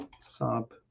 sub